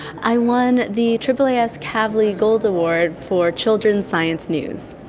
i won the aaas kavli gold award for children's science news.